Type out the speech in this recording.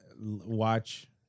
watch